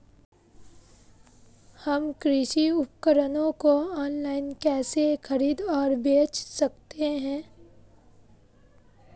हम कृषि उपकरणों को ऑनलाइन कैसे खरीद और बेच सकते हैं?